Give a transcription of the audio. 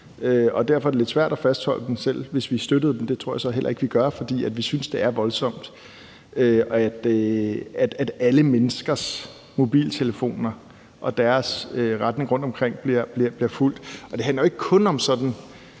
det være lidt svært at fastholde den, selv hvis vi støttede den. Det tror jeg så heller ikke vi gør, for vi synes, det er voldsomt, at alle menneskers mobiltelefoner og deres bevægelser rundtomkring bliver fulgt. Det handler jo ikke kun om, hvad